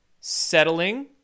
settling